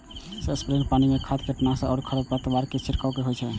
sprayer सं पानि, खाद, कीटनाशक आ खरपतवारनाशक के छिड़काव होइ छै